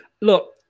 look